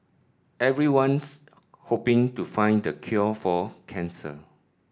everyone's hoping to find the cure for cancer